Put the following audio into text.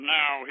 now